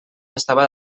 estava